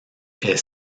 est